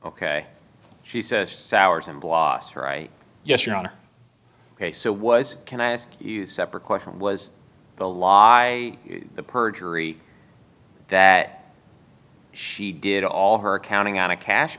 ok she says hours and blas right yes your honor ok so was can i ask you separate question was the lie the perjury that she did all her counting on a cash